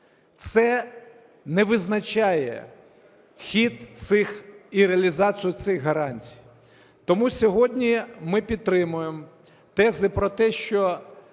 це не визначає хід цих і реалізацію цих гарантій. Тому сьогодні ми підтримуємо тези про те, що